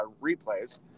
replays